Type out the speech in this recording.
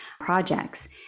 projects